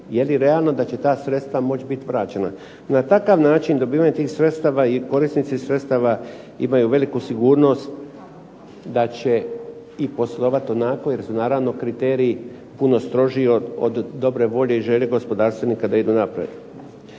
jeli realno da će ta sredstva moći biti vraćena. Na takav način dobivanja tih sredstava i korisnici tih sredstava imaju veliku sigurnost da će i poslovati onako, jer su naravno kriteriji puno strožiji od dobre volje i želje gospodarstvenika da idu naprijed.